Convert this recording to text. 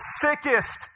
sickest